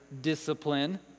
discipline